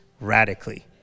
radically